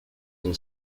been